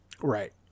Right